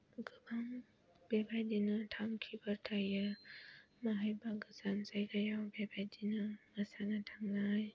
गोबां बेबायदिनो थांखिबो थायो माहायबा गोजान जायगायाव बेबायदिनो मोसानो थांनाय